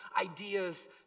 ideas